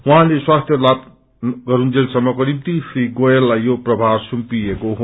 उझँति स्वास्थ्य लाभ गस्जेलसम्मको निम्ति श्री गोयललाई यो प्रभार सुम्पिइएको हो